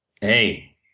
hey